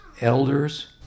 elders